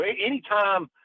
Anytime